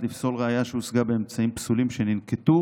לפסול ראיה שהושגה באמצעים פסולים שננקטו